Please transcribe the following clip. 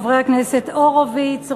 וכן חברי הכנסת הורוביץ,